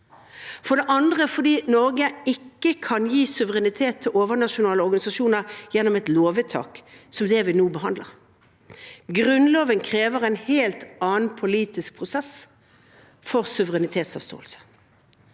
For det andre kan ikke Norge avgi suverenitet til overnasjonale organisasjoner gjennom et lovvedtak, som det vi nå behandler. Grunnloven krever en helt annen politisk prosess for suverenitetsavståelse.